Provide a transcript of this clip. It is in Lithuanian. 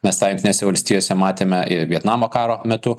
mes tą jungtinėse valstijose matėme ir vietnamo karo metu